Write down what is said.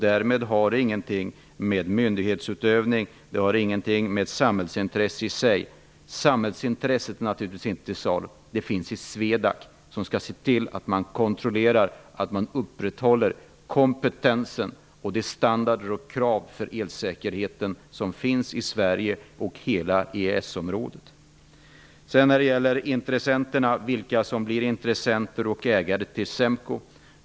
Detta har ingenting med myndighetsutövning eller samhällsintresset i sig att göra. Samhällsintresset är naturligtvis inte till salu. Det finns i SWEDAC, som skall se till att man kontrollerar och upprätthåller kompetensen och de standarder och krav för elsäkerheten som finns i Sverige och hela EES Axel Andersson tar upp frågan om intressenter och vilka som kan bli ägare till SEMKO.